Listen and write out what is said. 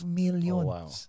millions